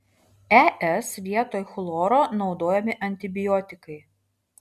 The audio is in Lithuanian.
es vietoj chloro naudojami antibiotikai